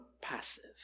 passive